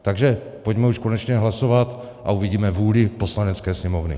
Takže pojďme už konečně hlasovat a uvidíme vůli Poslanecké sněmovny.